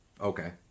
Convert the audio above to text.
Okay